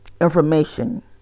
information